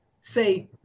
say